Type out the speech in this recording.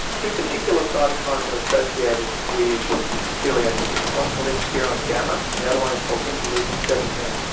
two particular cytokines are associated with coeliac disease, one is called interferon gamma and the other one is called interleukin seventeen.